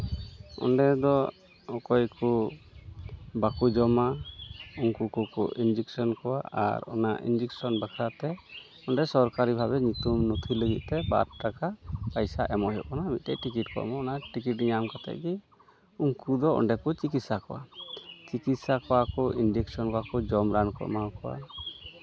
ᱚᱸᱰᱮ ᱫᱚ ᱚᱠᱚᱭ ᱠᱚ ᱵᱟᱠᱚ ᱡᱚᱢᱟ ᱩᱱᱠᱩ ᱠᱚᱠᱚ ᱤᱱᱡᱮᱠᱥᱮᱱ ᱟᱨ ᱚᱱᱟ ᱤᱱᱡᱮᱠᱥᱮᱱ ᱵᱟᱠᱷᱨᱟ ᱛᱮ ᱚᱸᱰᱮ ᱥᱚᱨᱠᱟᱨᱤ ᱵᱷᱟᱵᱮ ᱧᱩᱛᱩᱢ ᱱᱚᱛᱷᱤ ᱞᱟᱹᱜᱤᱫ ᱛᱮ ᱵᱟᱨ ᱴᱟᱠᱟ ᱯᱚᱭᱥᱟ ᱮᱢᱚᱜ ᱦᱩᱭᱩᱜ ᱠᱟᱱᱟ ᱢᱤᱫᱴᱮᱡ ᱴᱤᱠᱤᱴ ᱠᱚ ᱮᱢᱚᱜᱼᱟ ᱚᱱᱟ ᱴᱤᱠᱤᱴ ᱧᱟᱢ ᱠᱟᱛᱮᱜ ᱩᱱᱠᱩ ᱫᱚ ᱚᱸᱰᱮ ᱠᱚ ᱪᱤᱠᱤᱛᱥᱟ ᱠᱚᱣᱟ ᱪᱤᱠᱤᱛᱥᱟ ᱠᱚᱣᱟ ᱠᱚ ᱤᱱᱡᱮᱠᱥᱮᱱ ᱠᱚᱣᱟᱠᱚ ᱡᱚᱢ ᱨᱟᱱ ᱠᱚ ᱮᱢᱟ ᱠᱚᱣᱟ